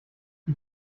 die